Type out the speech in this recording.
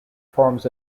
forms